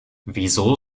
wieso